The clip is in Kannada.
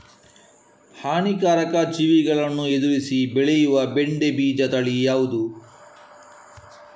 ಹಾನಿಕಾರಕ ಜೀವಿಗಳನ್ನು ಎದುರಿಸಿ ಬೆಳೆಯುವ ಬೆಂಡೆ ಬೀಜ ತಳಿ ಯಾವ್ದು?